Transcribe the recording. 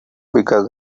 because